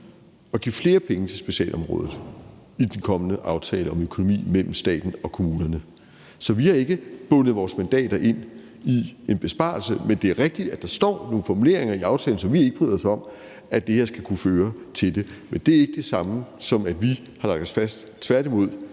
at give flere penge til specialområdet i den kommende aftale om økonomi mellem staten og kommunerne. Så vi har ikke bundet vores mandater til en besparelse. Men det er rigtigt, at der står nogle formuleringer i aftalen, som vi ikke bryder os om, nemlig at det her skal kunne føre til det; men det er ikke det samme, som at vi har lagt os fast; tværtimod